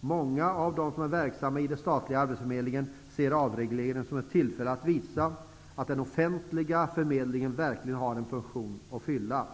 Många av dem som är verksamma i den statliga arbetsförmedlingen ser avregleringen som ett tillfälle att visa att den offentliga förmedlingen verkligen har en funktion att fylla.